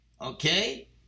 Okay